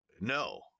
No